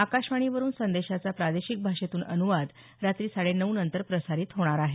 आकाशवाणीवरुन संदेशाचा प्रादेशिक भाषेतून अनुवाद रात्री साडेनऊ नंतर प्रसारित होणार आहे